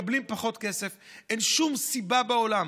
מקבלים פחות כסף, אין שום סיבה בעולם